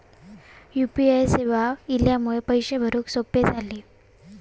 U P I सेवा इल्यामुळे पैशे भरुक सोपे झाले